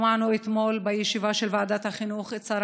שמענו אתמול בישיבה של ועדת החינוך את שר